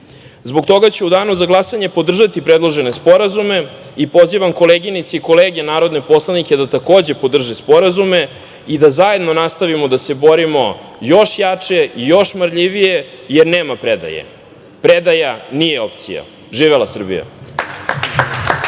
toga ću u danu za glasanje podržati predložene sporazume. Pozivam koleginice i kolege narodne poslanike da takođe podrže sporazume i da zajedno nastavimo da se borimo još jače i još marljivije, jer nema predaje. Predaja nije opcija. Živela Srbija!